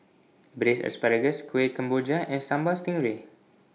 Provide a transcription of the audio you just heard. Braised Asparagus Kueh Kemboja and Sambal Stingray